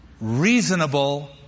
reasonable